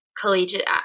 collegiate